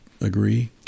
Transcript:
agree